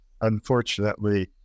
unfortunately